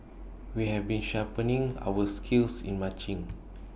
we've been sharpening our skills in marching